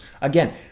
Again